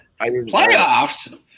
Playoffs